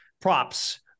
props